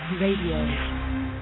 Radio